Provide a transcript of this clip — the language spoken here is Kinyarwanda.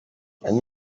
andi